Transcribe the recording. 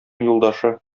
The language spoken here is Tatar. юлдашы